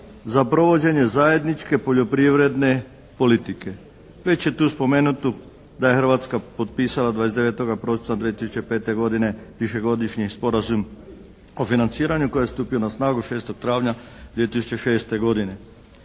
za provođenje zajedničke poljoprivredne politike. Već je tu spomenuto da je Hrvatska potpisala 29. prosinca 2004. godine višegodišnji sporazum o financiranju koji je stupio na snagu 6. travnja 2006. godine.